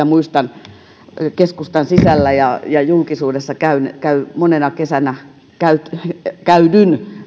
muistan keskustan sisällä ja ja julkisuudessa monena kesänä käydyn